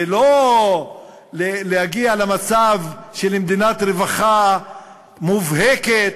זה לא להגיע למצב של מדינת רווחה מובהקת,